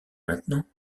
maintenant